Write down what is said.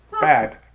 bad